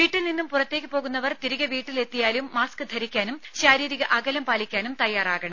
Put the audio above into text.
വീട്ടിൽ നിന്നും പുറത്തേക്ക് പോകുന്നവർ തിരികെ വീട്ടിലെത്തിയാലും മാസ്ക് ധരിക്കാനും ശാരീരിക അകലം പാലിക്കാനും തയാറാകണം